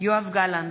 יואב גלנט,